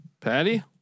Patty